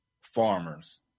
farmers